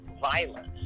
violence